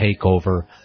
Takeover